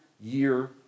year